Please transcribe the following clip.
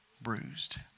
Bruised